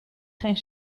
geen